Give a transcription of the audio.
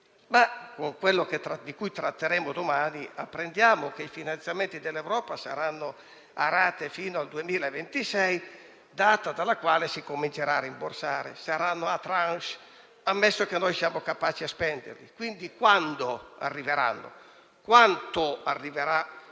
ma da quello di cui tratteremo domani apprendiamo che i finanziamenti europei saranno a rate fino al 2026, data dalla quale si comincerà rimborsare; saranno a *tranche,* ammesso che siamo capaci di spenderli. Mi chiedo, quindi, quando e quanto arriverà